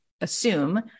assume